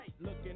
looking